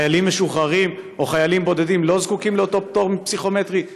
חיילים משוחררים או חיילים בודדים לא זקוקים לאותו פטור מפסיכומטרי?